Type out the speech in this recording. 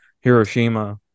Hiroshima